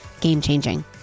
game-changing